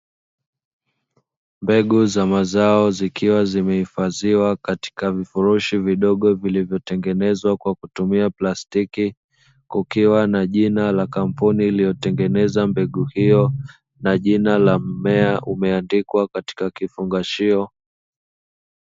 Mbegu za mazao zikiwa zimehifadhiwa katika vifurushi vidogo vilivyotengenezwa kwa kutumia plastiki, kukiwa na jina la kampuni iliyotengeneza mbegu hiyo na jina la mmea umeandikwa katika kifungashio.